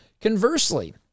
Conversely